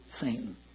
Satan